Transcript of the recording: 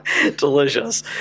Delicious